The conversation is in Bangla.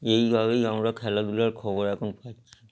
এইভাবেই আমরা খেলাধুলার খবর এখন পাচ্ছি